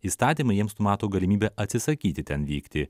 įstatymai jiems numato galimybę atsisakyti ten vykti